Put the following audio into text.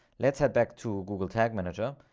let's head back to google tag manager.